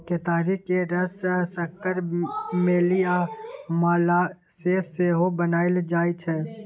केतारी केर रस सँ सक्कर, मेली आ मोलासेस सेहो बनाएल जाइ छै